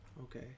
Okay